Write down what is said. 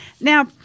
Now